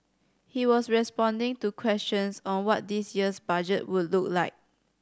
he was responding to questions on what this year's Budget would look like